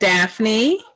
Daphne